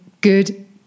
good